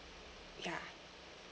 yeah